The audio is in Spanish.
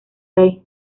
rey